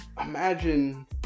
imagine